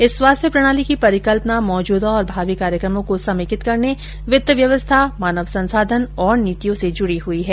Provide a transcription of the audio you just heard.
इस स्वास्थ्य प्रणाली की परिकल्पना मौजूदा और भावी कार्यक्रमों को समेकित करने वित्त व्यवस्था मानव संसाधन और नीतियों से जुड़ी हुई हैं